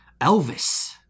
Elvis